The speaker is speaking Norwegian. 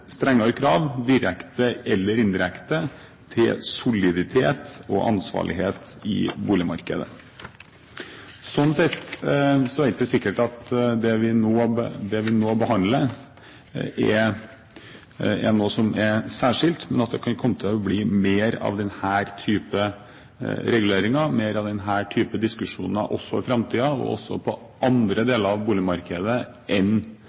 strengere krav direkte eller indirekte til soliditet og ansvarlighet i boligmarkedet. Sånn sett er det ikke sikkert at det vi nå behandler, er noe som er særskilt, men at det kan komme til å bli mer av denne type reguleringer, mer av denne type diskusjoner, også i framtiden, og på andre deler av boligmarkedet enn